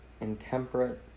intemperate